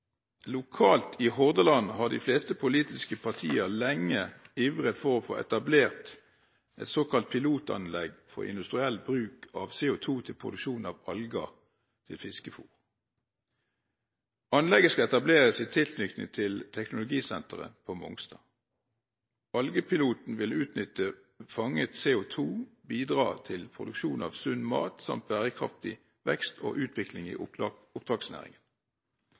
Lokalt i Hordaland har de fleste politiske partier lenge ivret for å få etablert et såkalt pilotanlegg for industriell bruk av CO2 til produksjon av alger til fiskefôr. Anlegget skal etableres i tilknytning til teknologisenteret på Mongstad. Algepiloten vil utnytte fanget CO2 og bidra til produksjon av sunn mat samt bærekraftig vekst og utvikling i